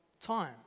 time